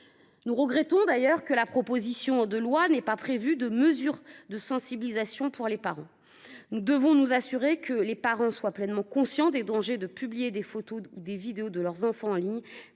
Nous regrettons que la proposition de loi actuelle ne contienne pas de mesures de sensibilisation des parents. Nous devons nous assurer que les intéressés soient pleinement conscients des dangers de publier des photos ou des vidéos de leurs enfants en ligne,